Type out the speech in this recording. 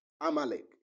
Amalek